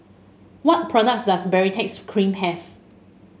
what products does Baritex Cream have